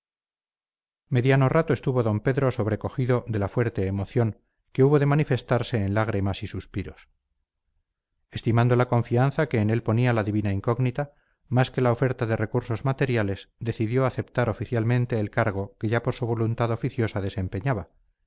mediano rato estuvo d pedro sobrecogido de la fuerte emoción que hubo de manifestarse en lágrimas y suspiros estimando la confianza que en él ponía la divina incógnita más que la oferta de recursos materiales decidió aceptar oficialmente el cargo que ya por su voluntad oficiosa desempeñaba